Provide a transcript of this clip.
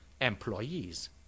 employees